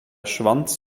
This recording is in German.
schwanz